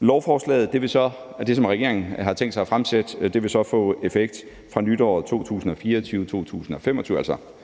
Lovforslaget, som regeringen har tænkt sig at fremsætte, vil så få effekt fra nytåret 2024-25,